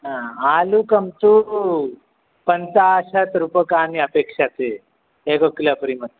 आलुकं तु पञ्चाशत् रूप्यकाणि अपेक्षते एककिलोपरिमितम्